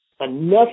enough